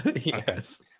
yes